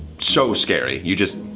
so scary. you just.